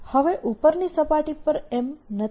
હવે ઉપરની સપાટી પર M નથી